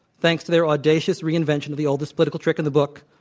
thanks to their audacious reinvention of the oldest political trick in the book,